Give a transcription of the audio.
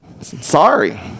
sorry